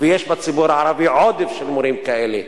ויש בציבור הערבי עודף של מורים כאלה,